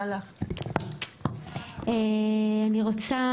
אני רוצה,